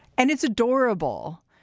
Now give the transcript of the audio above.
and it's adorable.